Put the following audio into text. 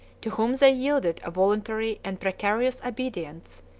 to whom they yielded a voluntary and precarious obedience,